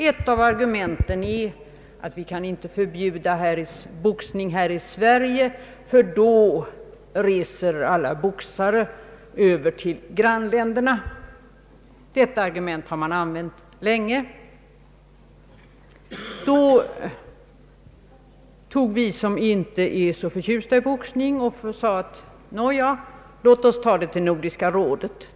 Ett av argumenten är att vi inte kan förbjuda boxning här i Sverige, därför att då reser alla boxare över till grannländerna. Detta argument har man använt länge. Vi som inte är så förtjusta i boxning sade oss då, att vi tar upp frågan i Nordiska rådet.